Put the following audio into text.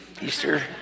Easter